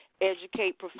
educate